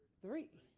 three.